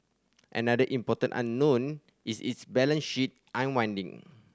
another important unknown is its balance sheet unwinding